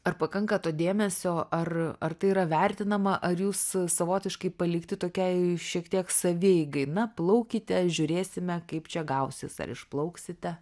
ar pakanka to dėmesio ar ar tai yra vertinama ar jūs savotiškai palikti tokiai šiek tiek savieigai na plaukite žiūrėsime kaip čia gausis ar išplauksite